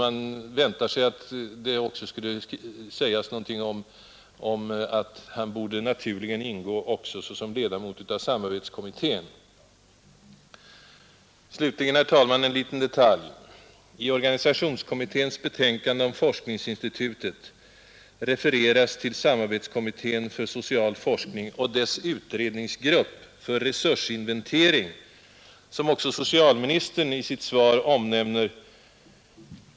Man väntar sig att det också skulle sägas någonting om att han naturligen även borde ingå såsom ledamot av samarbetskommittén. Slutligen, herr talman, en liten detalj. I organisationskommitténs betänkande om forskningsinstitutet refereras till samarbetskommittén för social forskning och dess utredningsgrupp för resursinventering, som också socialministern i sitt svar omnämner.